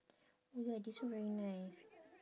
oh ya this one very nice